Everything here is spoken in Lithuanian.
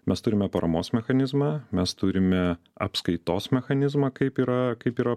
mes turime paramos mechanizmą mes turime apskaitos mechanizmą kaip yra kaip yra